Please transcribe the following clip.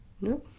No